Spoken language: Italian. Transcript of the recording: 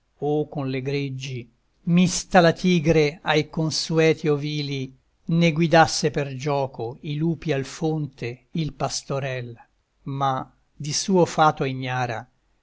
o con le greggi mista la tigre ai consueti ovili né guidasse per gioco i lupi al fonte il pastorel ma di suo fato ignara